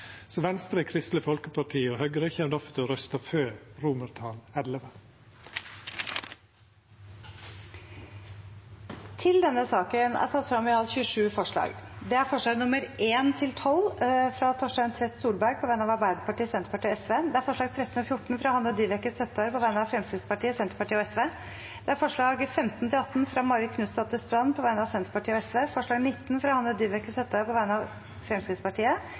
Venstre, Kristeleg Folkeparti og Høgre kjem til å røysta for XI. Under debatten er det satt frem i alt 27 forslag. Det er forslagene nr. 1–12, fra Torstein Tvedt Solberg på vegne av Arbeiderpartiet, Senterpartiet og Sosialistisk Venstreparti forslagene nr. 13 og 14, fra Hanne Dyveke Søttar på vegne av Fremskrittspartiet, Senterpartiet og Sosialistisk Venstreparti forslagene nr. 15–18, fra Marit Knutsdatter Strand på vegne av Senterpartiet og Sosialistisk Venstreparti. forslag nr. 19, fra Hanne Dyveke Søttar på vegne av Fremskrittspartiet